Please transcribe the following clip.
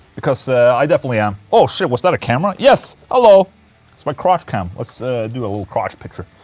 because i definitely am. oh shit, was that a camera? yes, hello. it's my crotch cam. let's do a little crotch picture.